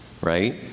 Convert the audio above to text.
Right